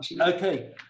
Okay